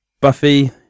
Buffy